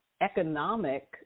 economic